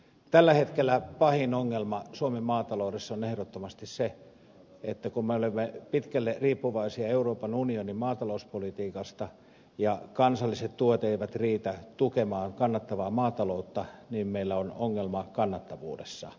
tällä hetkellä pahin ongelma suomen maataloudessa on ehdottomasti se että kun me olemme pitkälle riippuvaisia euroopan unionin maatalouspolitiikasta ja kansalliset tuet eivät riitä tukemaan kannattavaa maataloutta niin meillä on ongelma kannattavuudessa